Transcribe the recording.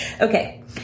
Okay